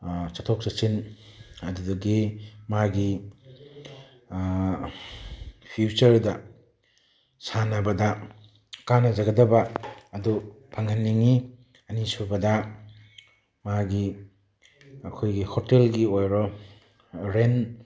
ꯆꯠꯊꯣꯛ ꯆꯠꯁꯤꯟ ꯑꯗꯨꯗꯒꯤ ꯃꯥꯒꯤ ꯐ꯭ꯌꯨꯆꯔꯗ ꯁꯥꯟꯅꯕꯗ ꯀꯥꯟꯅꯖꯒꯗꯕ ꯑꯗꯨ ꯐꯪꯍꯟꯅꯤꯡꯏ ꯑꯅꯤꯁꯨꯕꯗ ꯃꯥꯒꯤ ꯃꯈꯣꯏꯒꯤ ꯍꯣꯇꯦꯜꯒꯤ ꯑꯣꯏꯔꯣ ꯔꯦꯟꯠ